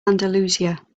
andalusia